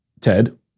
Ted